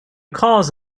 cause